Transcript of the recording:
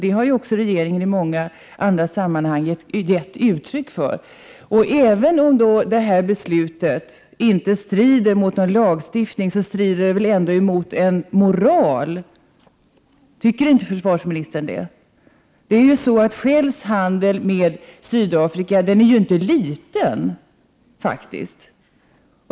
Det har också regeringen i många andra sammanhang gett uttryck för. Även om detta beslut inte strider mot någon lagstiftning, strider det mot en moral. Tycker inte försvarsministern det? Shells handel med Sydafrika är faktiskt inte liten.